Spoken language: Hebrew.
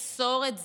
תעצור את זה.